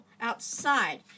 Outside